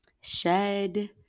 shed